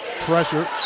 Pressure